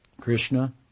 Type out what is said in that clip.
Krishna